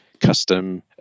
custom